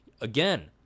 again